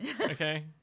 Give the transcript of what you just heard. Okay